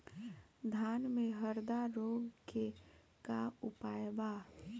धान में हरदा रोग के का उपाय बा?